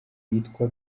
witwa